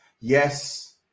Yes